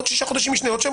עוד ששה חודשים משנה וכו'?